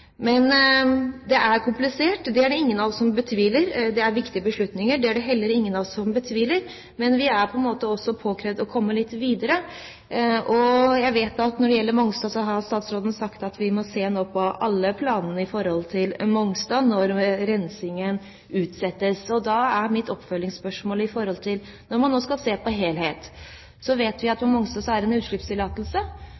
Men det er komplisert, det er det ingen av oss som betviler. Det er viktige beslutninger, det er det heller ingen av oss som betviler, men det er på en måte påkrevd at vi kommer oss litt videre. Når det gjelder Mongstad, har statsråden sagt at vi må se på alle planene, når rensingen skal utsettes. Når man nå skal se på helheten, vet vi at på Mongstad er det en utslippstillatelse på nokså mye når